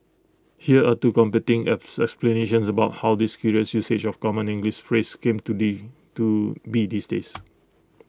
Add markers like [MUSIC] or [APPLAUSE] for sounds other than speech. here are two competing [UNINTELLIGIBLE] about how this curious usage of common English phrase came to the to be these days